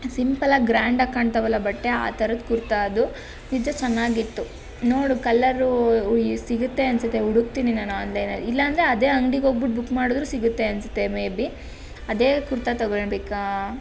ಸಿಂಪಲಾಗಿ ಗ್ರ್ಯಾಂಡಾಗಿ ಕಾಣ್ತಾವಲ್ಲ ಬಟ್ಟೆ ಆ ಥರದ್ದು ಕುರ್ತಾ ಅದು ನಿಜ ಚೆನ್ನಾಗಿತ್ತು ನೋಡು ಕಲ್ಲರ್ ಸಿಗತ್ತೆ ಅನ್ನಿಸುತ್ತೆ ಹುಡುಕ್ತೀನಿ ನಾನು ಆನ್ಲೈನ್ನಲ್ಲಿ ಇಲ್ಲಾಂದರೆ ಅದೇ ಅಂಗಡಿಗೆ ಹೋಗಿಬಿಟ್ಟು ಬುಕ್ ಮಾಡಿದರೂ ಸಿಗುತ್ತೆ ಅನ್ನಿಸುತ್ತೆ ಮೇ ಬಿ ಅದೇ ಕುರ್ತಾ ತೊಗೊಳ್ಳೋಣ ಬೇಕಾ